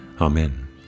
Amen